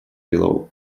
below